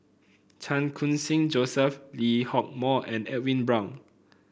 Chan Khun Sing Joseph Lee Hock Moh and Edwin Brown